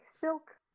silk